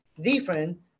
different